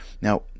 now